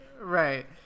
Right